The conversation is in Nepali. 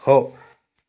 हो